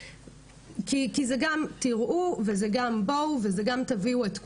כי זה גם תראו וזה גם בואו וזה גם תביאו את כולם,